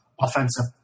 offensive